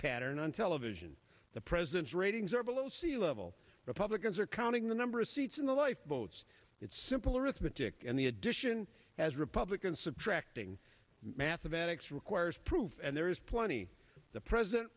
pattern on television the president's ratings are below sea level republicans are counting the number of seats in the lifeboats it's simple arithmetic and the addition as republicans subtracting mathematics requires proof and there is plenty the president